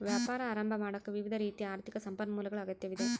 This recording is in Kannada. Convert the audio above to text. ವ್ಯಾಪಾರ ಆರಂಭ ಮಾಡಾಕ ವಿವಿಧ ರೀತಿಯ ಆರ್ಥಿಕ ಸಂಪನ್ಮೂಲಗಳ ಅಗತ್ಯವಿದೆ